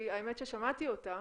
כי האמת היא ששמעתי אותה.